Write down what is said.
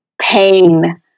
pain